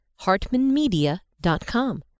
hartmanmedia.com